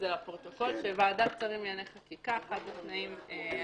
-- בוועדת שרים לענייני חקיקה אחד התנאים היה